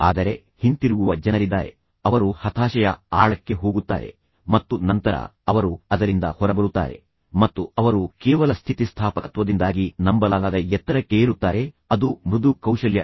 ಆದರೆ ಹಿಂತಿರುಗುವ ಜನರಿದ್ದಾರೆ ಅವರು ಹತಾಶೆಯ ಆಳಕ್ಕೆ ಹೋಗುತ್ತಾರೆ ಮತ್ತು ನಂತರ ಅವರು ಅದರಿಂದ ಹೊರಬರುತ್ತಾರೆ ಮತ್ತು ಅವರು ಕೇವಲ ಸ್ಥಿತಿಸ್ಥಾಪಕತ್ವದಿಂದಾಗಿ ನಂಬಲಾಗದ ಎತ್ತರಕ್ಕೆ ಏರುತ್ತಾರೆ ಅದು ಮೃದು ಕೌಶಲ್ಯ